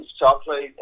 chocolate